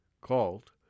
called